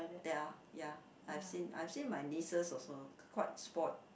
ya ya I've seen I've seen my nieces also quite spoiled